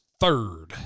third